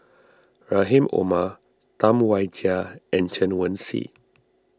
Rahim Omar Tam Wai Jia and Chen Wen Hsi